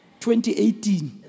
2018